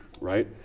Right